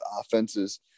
offenses